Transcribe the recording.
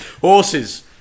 Horses